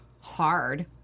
hard